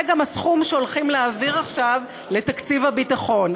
זה גם הסכום שהולכים להעביר עכשיו לתקציב הביטחון.